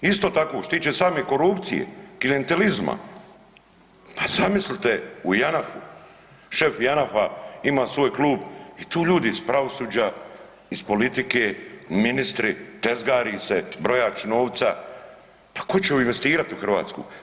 Isto tako što se tiče same korupcije, klijentelizma, pa zamislite, u Janafu, šef Janafa ima svoj klub i tu ljudi iz pravosuđa, iz politike, ministri, tezgari se, brojač novca, pa ko će investirat u Hrvatsku?